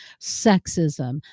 sexism